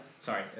Sorry